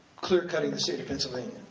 clearcutting the state of pennsylvania,